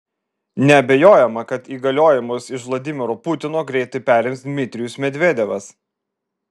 neabejojama kad įgaliojimus iš vladimiro putino greitai perims dmitrijus medvedevas